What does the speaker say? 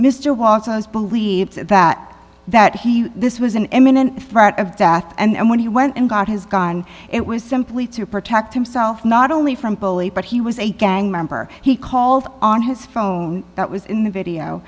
mr walton's believed that that he this was an imminent threat of death and when he went and got his gun it was simply to protect himself not only from bully but he was a gang member he called on his phone that was in the video